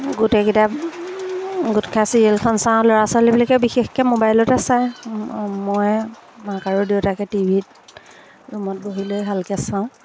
গোটেইকেইটা গোট খাই চিৰিয়েলখন চাওঁ ল'ৰা ছোৱালীবিলাকে বিশেষকৈ মোবাইলতে চায় মই মাক আৰু দেউতাকে টি ভিত ৰুমত বহিলৈ ভালকৈ চাওঁ